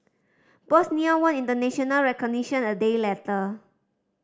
Bosnia won international recognition a day later